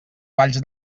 valls